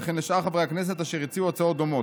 וכן לשאר חברי הכנסת אשר הציעו הצעות דומות.